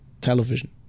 television